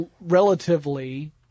relatively